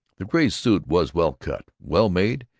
the gray suit was well cut, well made,